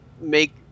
make